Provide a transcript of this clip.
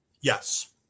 Yes